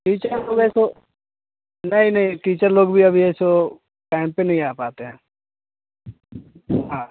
teacher को जैसे नहीं नहीं टीचर लोग भी अभी है सो टाइम पर नहीं आ पाते हैं हाँ